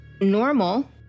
normal